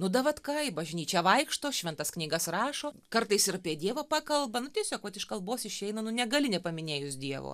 nu davatka į bažnyčią vaikšto šventas knygas rašo kartais ir apie dievą pakalba nu tiesiog vat iš kalbos išeina nu negali nepaminėjus dievo